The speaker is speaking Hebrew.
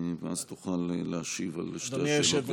ואז תוכל להשיב על שתי השאלות גם יחד.